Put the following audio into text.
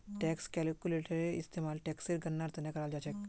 tax calculator इस्तेमाल टेक्सेर गणनार त न कराल जा छेक